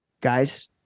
guys